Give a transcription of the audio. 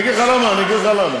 אגיד לך למה, אגיד לך למה.